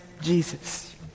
Jesus